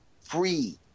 free